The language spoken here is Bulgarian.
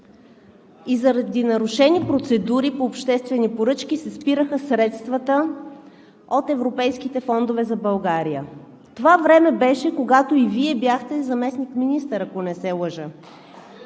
и заради нарушени процедури по обществени поръчки се спираха средствата от европейските фондове за България. Това беше времето, когато Вие бяхте заместник-министър, ако не се лъжа